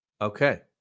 okay